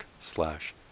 slash